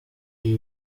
ibi